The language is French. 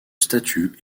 statut